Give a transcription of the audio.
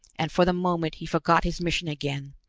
and for the moment he forgot his mission again,